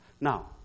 Now